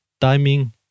Timing